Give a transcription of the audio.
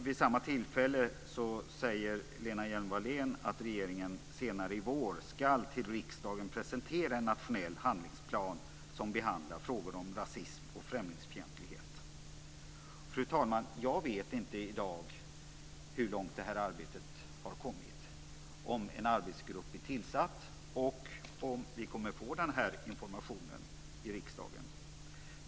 Vid samma tillfälle säger Lena Hjelm-Wallén att regeringen senare i vår ska presentera riksdagen en nationell handlingsplan som behandlar frågorna om rasism och främlingsfientlighet. Fru talman! Jag vet inte i dag hur långt det här arbetet har kommit, om en arbetsgrupp är tillsatt och om vi kommer att få den här informationen till riksdagen.